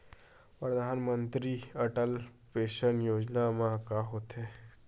परधानमंतरी अटल पेंशन योजना मा का होथे?